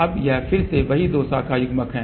अब यह फिर से वही दो शाखा युग्मक है